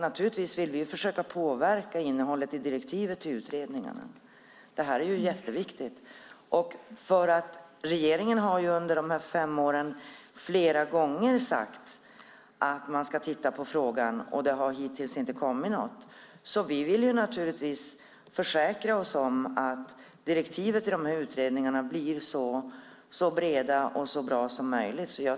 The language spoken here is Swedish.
Naturligtvis vill vi försöka påverka innehållet i direktiven till utredningarna. Det är jätteviktigt. Regeringen har under de gångna fem åren flera gånger sagt att man ska titta på frågan, men det har hittills inte kommit något. Vi vill försäkra oss om att direktiven till utredningarna blir så breda och så bra som möjligt.